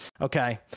Okay